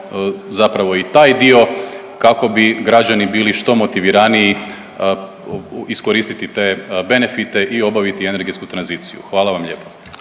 zapravo i taj dio kako bi građani bili što motiviraniji iskoristiti te benefite i obaviti energetsku tranziciju, hvala vam lijepo.